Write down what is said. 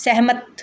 ਸਹਿਮਤ